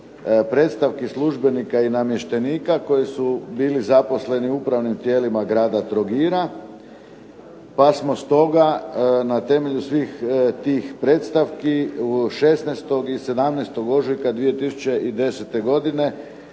predstavnika službenika i namještenika koji su bili zaposleni u upravnim tijelima Grada Trogira pa smo stoga na temelju svih tih predstavki 16. i 17. ožujka 2010. godine